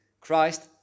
Christ